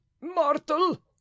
mortal